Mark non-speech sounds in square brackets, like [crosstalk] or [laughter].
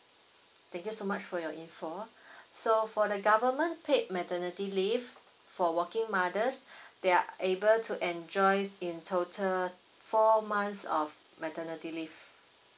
thank you so much for your info [breath] so for the government paid maternity leave for working mothers [breath] they are able to enjoy in total four months of maternity leave